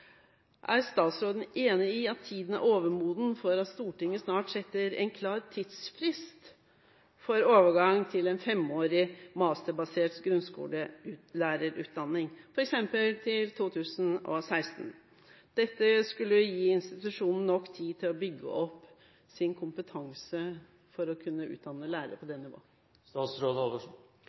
Er statsråden enig i at tiden er overmoden for at Stortinget snart setter en klar tidsfrist for overgang til en femårig masterbasert grunnskolelærerutdanning, f.eks. til 2016? Dette skulle gi institusjonene nok tid til å bygge opp sin kompetanse for å kunne utdanne lærere på det